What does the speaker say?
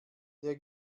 der